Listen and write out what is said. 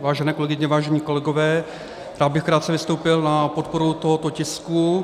Vážené kolegyně, vážení kolegové, rád bych krátce vystoupil na podporu tohoto tisku.